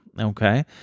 Okay